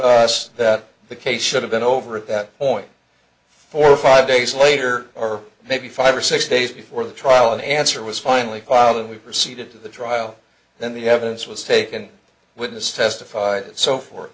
us that the case should have been over at that point four or five days later or maybe five or six days before the trial an answer was finally filed and we proceeded to the trial then the evidence was taken witness testified so for